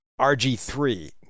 RG3